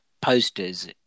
posters